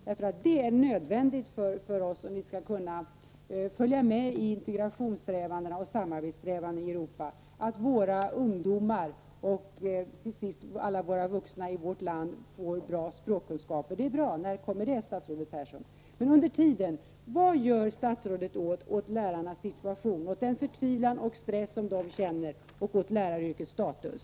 Det är något som är nödvändigt för oss, om vi skall följa med i integrationsoch samarbetssträvandena i Europa, att våra ungdomar och till sist alla vuxna i vårt land får goda språkkunskaper. Men vad gör statsrådet under tiden åt lärarnas situation, åt den förtvivlan och stress som de känner och för att förbättra läraryrkets status?